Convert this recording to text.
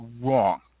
wrong